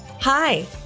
Hi